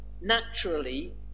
naturally